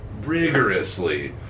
rigorously